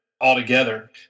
altogether